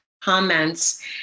comments